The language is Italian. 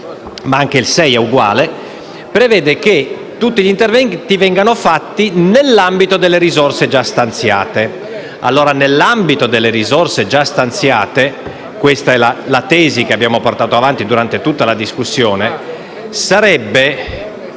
(ma anche l'articolo 6), prevede che tutti gli interventi vengano fatti nell'ambito delle risorse già stanziate. Ebbene, nell'ambito di tali risorse (ed è la tesi che abbiamo portato avanti durante tutta la discussione), sarebbe